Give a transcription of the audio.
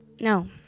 No